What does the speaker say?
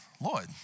Lord